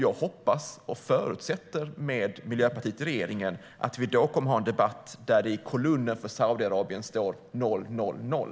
Jag hoppas och förutsätter att vi med Miljöpartiet i regeringen då kommer att ha en debatt där det i kolumnen för Saudiarabien står noll, noll, noll.